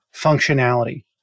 functionality